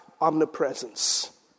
omnipresence